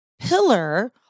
pillar